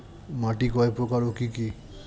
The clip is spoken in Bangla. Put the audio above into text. মাটি কয় প্রকার ও কি কি?